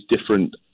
different